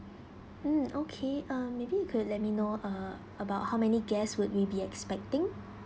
mm okay uh maybe you could let me know uh about how many guests would we be expecting